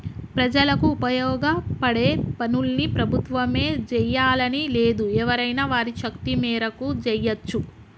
ప్రజలకు ఉపయోగపడే పనుల్ని ప్రభుత్వమే జెయ్యాలని లేదు ఎవరైనా వారి శక్తి మేరకు జెయ్యచ్చు